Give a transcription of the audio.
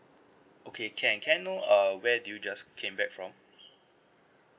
okay can can I know uh where do you just came back from